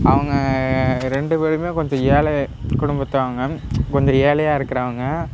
அவங்க ரெண்டு பேரும் கொஞ்சம் ஏழை குடும்பத்துவங்க கொஞ்சம் ஏழையாக இருக்கிறவங்க